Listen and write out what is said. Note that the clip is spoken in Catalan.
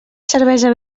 cervesa